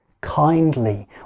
kindly